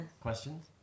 Questions